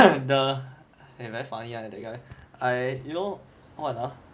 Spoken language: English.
the eh very funny lah that guy I you know what ah